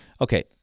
Okay